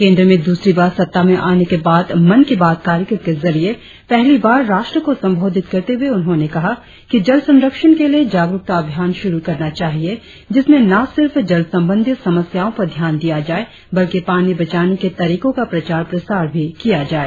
केंद्र में दूसरी बार सत्ता में आने के बाद मन की बात कार्यक्रम के जरिए पहली बार राष्ट्र को संबोधित करते हुए उन्होंने कहा कि जल संरक्षण के लिए जागरुकता अभियान शुरु करना चाहिए जिसमें न सिर्फ जल संबंधी समस्याओं पर ध्यान दिया जाए बल्कि पानी बचाने के तरीकों का प्रचार प्रसार भी किया जाए